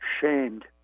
shamed